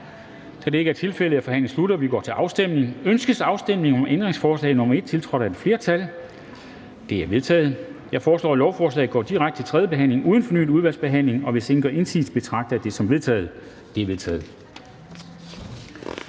Kl. 16:46 Afstemning Formanden (Henrik Dam Kristensen): Ønskes afstemning om ændringsforslag nr. 1, tiltrådt af udvalget. Det er vedtaget. Jeg foreslår, at lovforslaget går direkte til tredje behandling uden fornyet udvalgsbehandling. Hvis ingen gør indsigelse, betragter jeg det som vedtaget. Det er vedtaget.